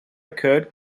curd